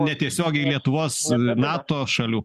netiesiogiai lietuvos nato šalių